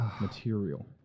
material